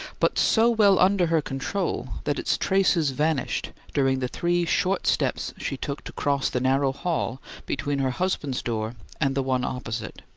but so well under her control that its traces vanished during the three short steps she took to cross the narrow hall between her husband's door and the one opposite.